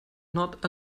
not